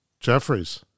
Jeffries